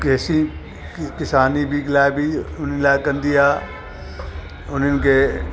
केसी किसानी बि लाइ बि उन्हनि लाइ कंदी आहे उन्हनि खे